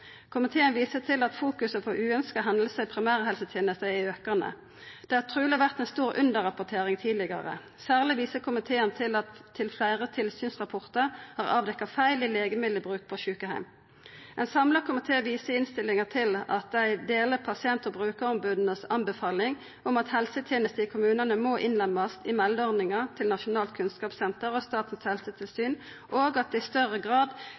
Komiteen viser til at fokuset på uønskte hendingar i primærhelsetenesta er aukande. Det har truleg vore ei stor underrapportering tidlegare. Særleg viser komiteen til at fleire tilsynsrapportar har avdekt feil i legemiddelbruk på sjukeheim. Ein samla komité viser i innstillinga til at dei deler tilrådinga frå pasient- og brukaromboda om at helsetenester i kommunane må innlemmast i meldeordninga til Nasjonalt kunnskapssenter og Statens helsetilsyn, og at det i større grad